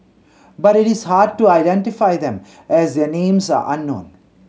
but it is hard to identify them as their names are unknown